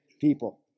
people